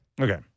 Okay